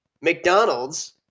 McDonald's